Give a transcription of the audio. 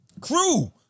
Crew